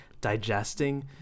digesting